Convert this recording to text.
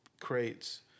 creates